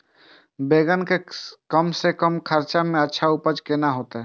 बेंगन के कम से कम खर्चा में अच्छा उपज केना होते?